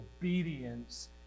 obedience